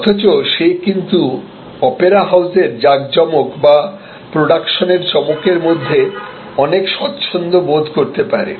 অথচ সে কিন্তু অপেরা হাউসের জাঁকজমক বা প্রোডাকশনের চমকের মধ্যে অনেক স্বচ্ছন্দ বোধ করতে পারে